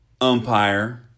umpire